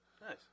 Nice